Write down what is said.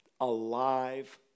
alive